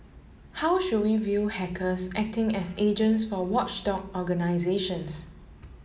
how should we view hackers acting as agents for watchdog organisations